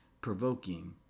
provoking